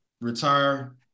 retire